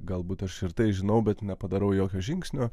galbūt aš ir tai žinau bet nepadariau jokio žingsnio